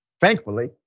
thankfully